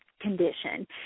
condition